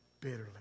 bitterly